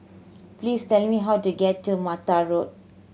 please tell me how to get to Mata Road